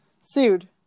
sued